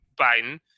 Biden